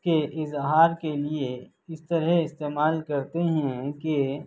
کے اظہار کے لیے اس طرح استعمال کرتے ہیں کہ